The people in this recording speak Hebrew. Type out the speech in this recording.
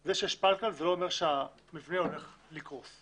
זה שהמבנה עם פלקל, זה לא אומר שהמבנה הולך לקרוס.